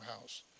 house